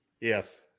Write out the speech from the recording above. Yes